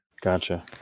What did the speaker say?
Gotcha